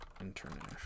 international